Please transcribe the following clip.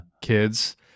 kids